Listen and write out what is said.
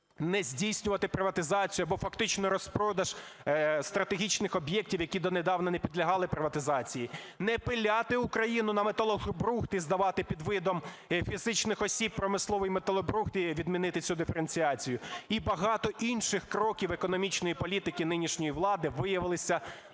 не здійснювати приватизацію або фактичний розпродаж стратегічних об'єктів, які донедавна не підлягали приватизації, не пиляти Україну на металобрухт і здавати під видом фізичних осіб промисловий металобрухт, і відмінити цю диференціацію. І багато інших кроків економічної політики нинішньої влади виявилися недоречними.